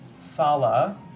Fala